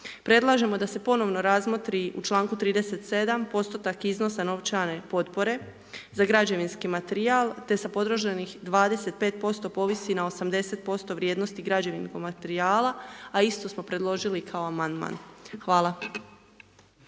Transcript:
predlažemo da se ponovno razmotri u članku 37. postotak iznosa novčane potpore, za građevinski materijal te sa potrošenih 25% povisi na 80% vrijednosti građevinskog materijala, a isto smo predložili kao amandman. Hvala.